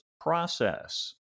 process